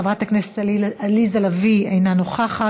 חברת הכנסת עליזה לביא, אינה נוכחת.